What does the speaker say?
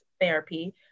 therapy